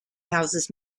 houses